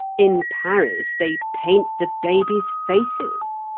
in paris they paint the babies' faces.